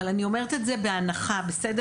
אבל אני אומרת את זה בהנחה בסדר?